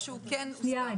חודש.